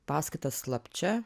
paskaitas slapčia